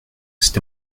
cet